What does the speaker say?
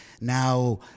now